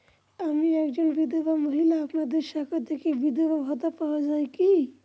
আমি একজন বিধবা মহিলা আপনাদের শাখা থেকে বিধবা ভাতা পাওয়া যায় কি?